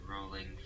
Rolling